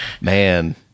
Man